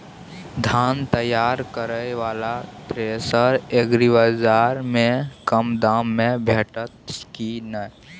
धान तैयार करय वाला थ्रेसर एग्रीबाजार में कम दाम में भेटत की नय?